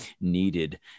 needed